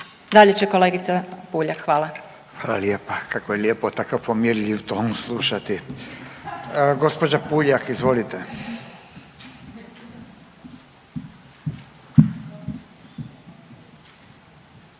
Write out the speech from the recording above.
**Radin, Furio (Nezavisni)** Hvala lijepa, kako je lijepo takav pomirljiv ton slušati. Gospođa Puljak, izvolite.